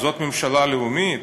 זאת ממשלה לאומית?